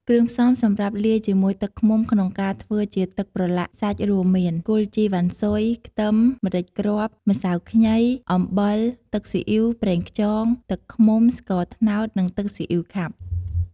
គ្រឿងផ្សំសម្រាប់លាយជាមួយទឹកឃ្មុំក្នុងការធ្វើជាទឹកប្រឡាក់សាច់រួមមាន គល់ជីវ៉ាន់ស៊ុយ ខ្ទឹម ម្រេចគ្រាប់ ម្សៅខ្ញី អំបិល ទឺកស៊ីអ៉ីវ ប្រេងខ្យង ទឹកឃ្មុំ ស្ករត្នោត និងទឹកស៊ីអ៉ីវខាប់។